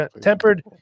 tempered